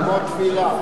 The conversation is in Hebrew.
לא מבינות.